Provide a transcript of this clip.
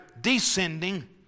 descending